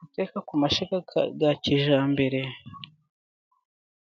Guteka ku mashyiga ya kijyambere